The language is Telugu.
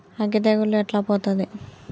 అగ్గి తెగులు ఎట్లా పోతది?